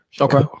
Okay